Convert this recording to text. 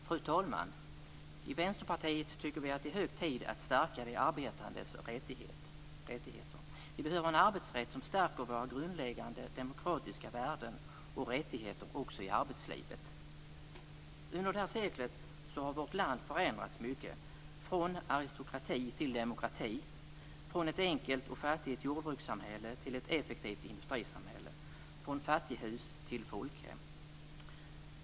Fru talman! I Vänsterpartiet tycker vi att det är hög tid att stärka de arbetandes rättigheter. Vi behöver en arbetsrätt som stärker våra grundläggande demokratiska värden och rättigheter också i arbetslivet. Under det här seklet har vårt land förändrats mycket. Det har gått från aristokrati till demokrati, från ett enkelt och fattigt jordbrukssamhälle till ett effektivt industrisamhälle, från fattighus till folkhem.